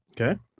okay